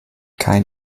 kein